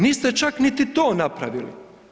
Niste čak niti to napravili.